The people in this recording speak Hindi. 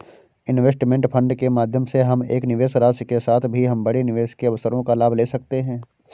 इनवेस्टमेंट फंड के माध्यम से हम कम निवेश राशि के साथ भी हम बड़े निवेश के अवसरों का लाभ ले सकते हैं